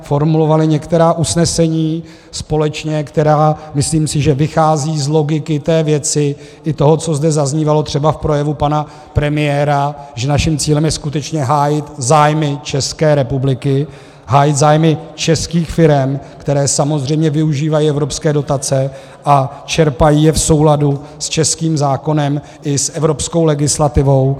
Formulovali jsme některá usnesení společně, která, myslím si, vycházejí z logiky té věci i toho, co zde zaznívalo třeba v projevu pana premiéra, že naším cílem je skutečně hájit zájmy České republiky, hájit zájmy českých firem, které samozřejmě využívají evropské dotace a čerpají je v souladu s českým zákonem i s evropskou legislativou.